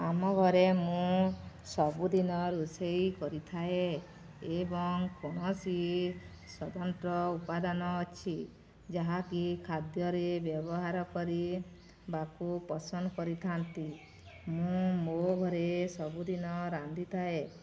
ଆମ ଘରେ ମୁଁ ସବୁଦିନ ରୋଷେଇ କରିଥାଏ ଏବଂ କୌଣସି ସ୍ୱତନ୍ତ୍ର ଉପାଦାନ ଅଛି ଯାହାକି ଖାଦ୍ୟରେ ବ୍ୟବହାର କରି ବାକୁ ପସନ୍ଦ କରିଥାନ୍ତି ମୁଁ ମୋ ଘରେ ସବୁଦିନ ରାନ୍ଧିଥାଏ